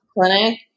clinic